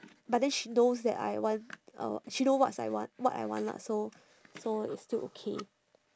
but then she knows that I want uh she know whats I want what I want ah so so it's still okay